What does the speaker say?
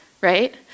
right